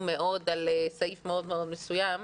כשמנתחים במערכת החינוך,